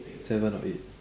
seven or eight